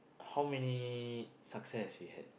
how many success we had